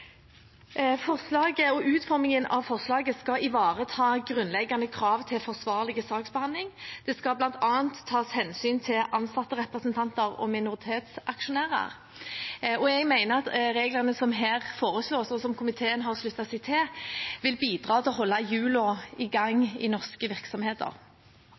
Forslaget, og utformingen av forslaget, skal ivareta grunnleggende krav til forsvarlig saksbehandling. Det skal bl.a. tas hensyn til ansatterepresentanter og minoritetsaksjonærer. Jeg mener at reglene som her foreslås, og som komiteen har sluttet seg til, vil bidra til å holde hjulene i gang i norske virksomheter.